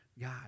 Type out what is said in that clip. God